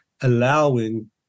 allowing